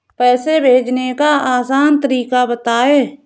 पैसे भेजने का आसान तरीका बताए?